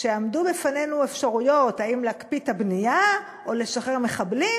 שעמדו בפנינו האפשרויות או להקפיא את הבנייה או לשחרר מחבלים,